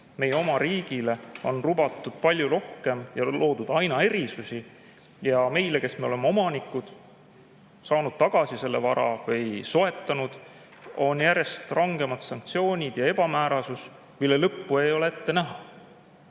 meie oma riigile, on lubatud palju rohkem ja loodud aina erisusi, aga meil, kes me oleme omanikud, saanud tagasi selle vara või selle soetanud, on järjest rangemad sanktsioonid ja [püsib] ebamäärasus, mille lõppu ei ole ette näha.